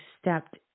stepped